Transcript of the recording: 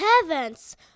heavens